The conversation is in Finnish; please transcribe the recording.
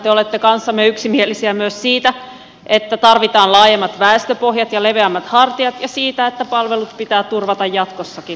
te olette kanssamme yksimielisiä myös siitä että tarvitaan laajemmat väestöpohjat ja leveämmät hartiat ja siitä että palvelut pitää turvata jatkossakin